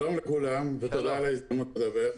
שלום לכולם ותודה על ההזדמנות לדבר.